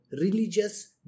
religious